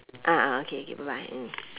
ah ah okay okay bye mm